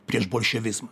prieš bolševizmą